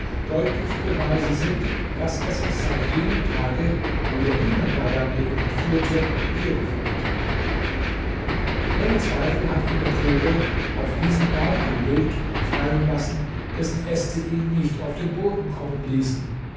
deutliche beweise sind daß er sich seit jenem tage wo der hühnergeier mir ihn entführte hier befindet ohne zweifel hat ihn der vogel auf diesen baum gelegt oder fallen lassen dessen äste ihn nicht auf den boden kommen ließen